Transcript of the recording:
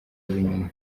inyuma